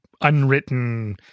unwritten